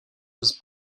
was